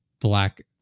black